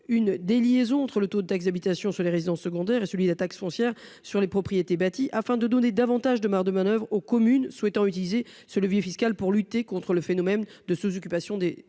Une des liaisons entre le taux de taxe d'habitation sur les résidences secondaires et celui de la taxe foncière sur les propriétés bâties afin de donner davantage de morts de manoeuvre aux communes souhaitant utiliser ce levier fiscal pour lutter contre le phénomène de sous-, occupation des des